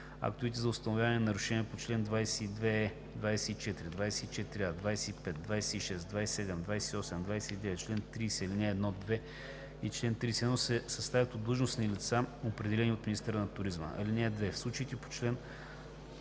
Актовете за установяване на нарушенията по чл. 22е, 24, 24а, 25, 26, 27, 28, 29, чл. 30, ал. 1 и 2 и чл. 31 се съставят от длъжностни лица, определени от министъра на туризма. (2) В случаите по чл.